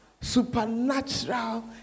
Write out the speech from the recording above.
Supernatural